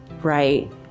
right